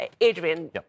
Adrian